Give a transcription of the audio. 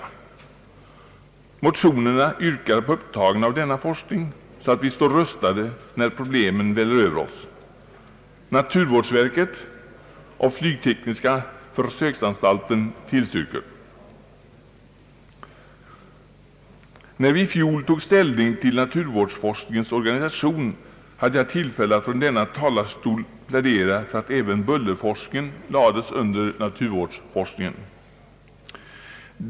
I motionerna yrkas att denna forskning återupptages så att vi står rustade när problemen väller över oss. Naturvårdsverket och flygtekniska försöksanstalten tillstyrker. När vi i fjol tog ställning till naturvårdsforskningens organisation hade jag tillfälle att från denna talarstol plädera för att även bullerforskningen lades under naturvårdsforskningen.